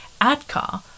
ADCAR